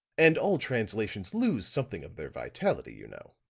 and all translations lose something of their vitality, you know.